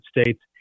states